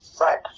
Right